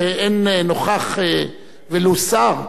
ואין נוכח ולו שר?